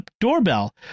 doorbell